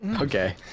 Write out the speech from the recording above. okay